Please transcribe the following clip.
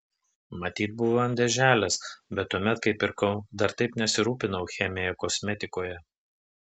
matyt buvo ant dėželės bet tuomet kai pirkau dar taip nesirūpinau chemija kosmetikoje